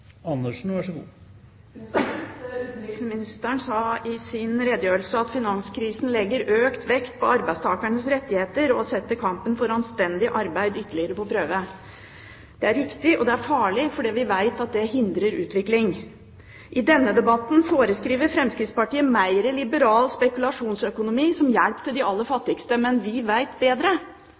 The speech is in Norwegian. Utenriksministeren sa i sin redegjørelse at finanskrisen legger økt press på arbeidstakernes rettigheter og setter kampen for anstendig arbeid ytterligere på prøve. Det er riktig, og det er farlig, fordi vi vet at det hindrer utvikling. I denne debatten foreskriver Fremskrittspartiet mer liberal spekulasjonsøkonomi som hjelp til de aller fattigste. Men vi vet bedre.